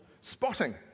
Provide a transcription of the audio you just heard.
spotting